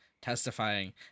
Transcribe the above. testifying